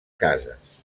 cases